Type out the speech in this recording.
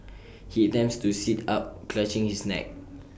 he attempts to sit up clutching his neck